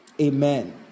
Amen